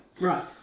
right